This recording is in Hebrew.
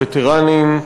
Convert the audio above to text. הווטרנים,